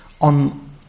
on